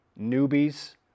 newbies